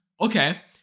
Okay